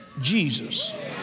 Jesus